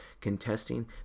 contesting